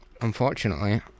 Unfortunately